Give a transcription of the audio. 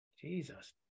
Jesus